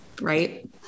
Right